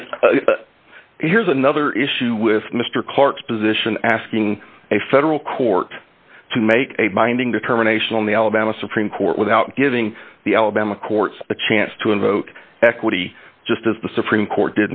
and here's another issue with mr clarke's position asking a federal court to make a binding determination on the alabama supreme court without giving the alabama courts a chance to invoke equity just as the supreme court